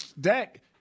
Dak